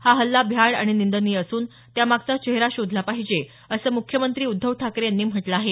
हा हल्ला भ्याड आणि निंदनीय असून त्यामागचा चेहरा शोधला पाहिजे असं मुख्यमंत्री उध्दव ठाकरे यांनी म्हटलं आहे